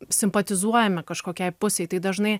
simpatizuojame kažkokiai pusei tai dažnai